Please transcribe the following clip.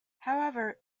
however